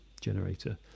generator